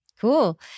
Cool